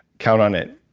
count on it.